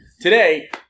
today